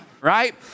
right